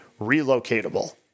relocatable